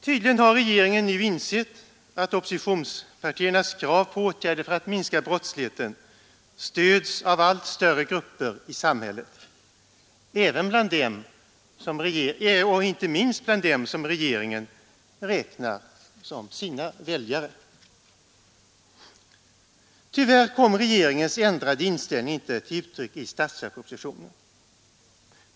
Tydligen har regeringen nu insett att oppositionspartiernas krav på åtgärder för att minska brottsligheten stöds av allt större grupper i samhället, inte minst bland dem som regeringen räknar som sina väljare, Tyvärr kommer regeringens ändrade inställning inte till uttryck i statsverkspropositionen.